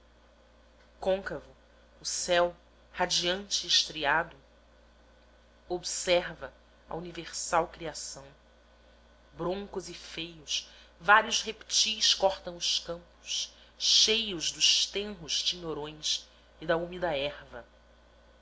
adubos côncavo o céu radiante e estriado observa a universal criação broncos e feios vários reptis cortam os campos cheios dos tenros tinhorões e da úmida erva